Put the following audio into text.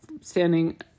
standing